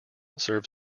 serve